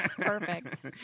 Perfect